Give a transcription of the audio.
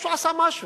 לא שהוא עשה משהו,